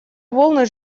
волны